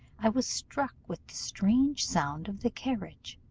i was struck with the strange sound of the carriage.